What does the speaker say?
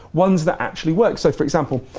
ones that actually work. so, for example,